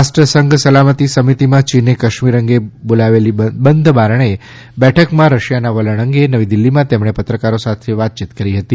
રાષ્ટ્રસંધ સલામતિ સમિતિમાં ચીને કાશ્મીર અંગે બોલાવેલી બંધાબારણે બેઠકમાં રશિયાના વલણ અંગે નવી દિલ્લીમાં તેમણે પત્રકારો સાથે વાતચીત કરી હતી